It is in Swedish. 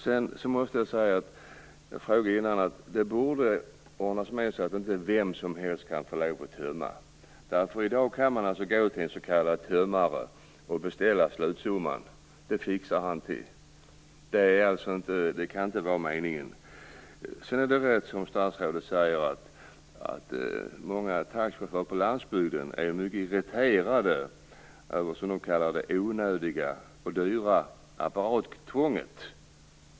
Det borde vara på det sättet att inte vem som helst kan få tömma. I dag kan man gå till en s.k. tömmare och beställa slutsumman. Det fixar han. Det kan inte vara meningen. Det är rätt som statsrådet säger att många taxichaufförer på landsbygden är mycket irriterade över det som de kallar de onödiga och dyra apparaterna som de tvingas ha.